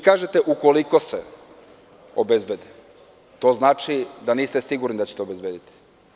Kažete – ukoliko se obezbede, to znači da niste sigurni da ćete obezbediti.